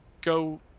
go